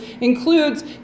includes